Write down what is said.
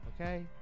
okay